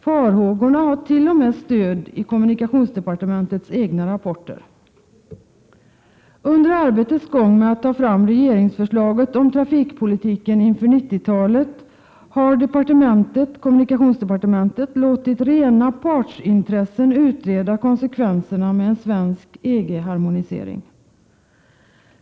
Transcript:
Farhågorna har t.o.m. stöd i kommunikationsdepartementets egna rapporter. Under arbetet med att ta fram regeringsförslaget om trafikpolitiken inför 90-talet har kommunikationsdepartementet låtit rena partsintressen utreda konsekvenserna av en svensk EG-harmonisering.